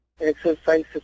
exercises